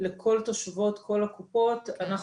לכל תושבות יהודה ושומרון שהן מבוטחות כל קופות החולים,